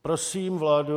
Prosím vládu...